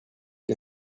qué